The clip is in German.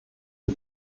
die